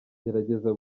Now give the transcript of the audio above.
gerageza